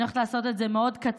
אני הולכת לעשות את זה מאוד קצר,